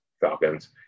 Falcons